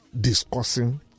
discussing